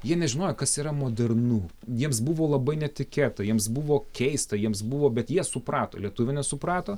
jie nežinojo kas yra modernu jiems buvo labai netikėta jiems buvo keista jiems buvo bet jie suprato lietuvių nesuprato